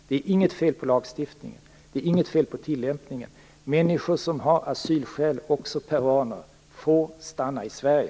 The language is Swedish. Det är inte något fel på lagstiftningen, och det är inte något fel på tillämpningen. Människor som har asylskäl, också peruaner, får stanna i Sverige.